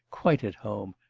quite at home,